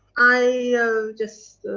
i just.